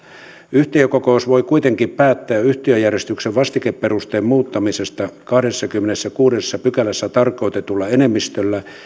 yhtiökokous voi kuitenkin päättää yhtiöjärjestyksen vastikeperusteen muuttamisesta kahdennessakymmenennessäkuudennessa pykälässä tarkoitetulla enemmistöllä